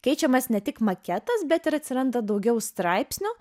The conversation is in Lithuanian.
keičiamas ne tik maketas bet ir atsiranda daugiau straipsnių